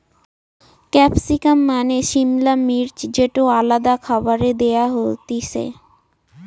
capsicum মানে সিমলা মির্চ যেটো আলাদা খাবারে দেয়া হতিছে